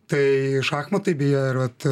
tai šachmatai beje ir vat